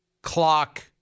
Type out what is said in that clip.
Clock